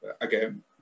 again